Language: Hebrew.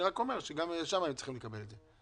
אני רק אומר שגם שם הם צריכים לקבל את זה.